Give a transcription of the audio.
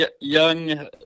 young